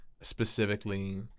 specifically